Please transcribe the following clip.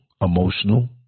emotional